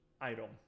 item